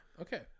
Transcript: Okay